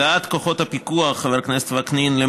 הגעת כוחות הפיקוח למקום,